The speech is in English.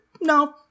no